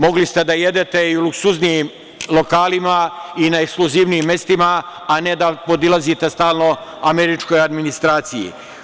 Mogli ste da jedete i u luksuznijim lokalima i na ekskluzivnijim mestima, a ne da podilazite stalno američkoj administraciji.